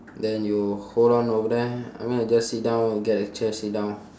then you hold on over there I mean like just sit down get a chair sit down